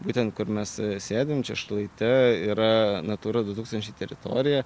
būtent kur mes sėdim čia šlaite yra natura du tūkstančiai teritorijoja